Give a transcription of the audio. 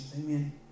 Amen